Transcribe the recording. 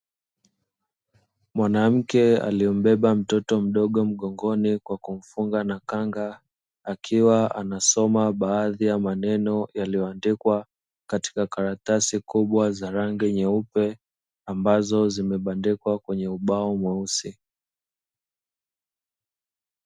Mwanamke aliyembeba mtoto mdogo mgongoni kwa kumfunga na kanga akiwa anasoma baadhi ya maneno yaliyoandikwa katika karatasi kubwa za rangi nyeupe ambazo zimebadikwa kwenye ubao mweusi.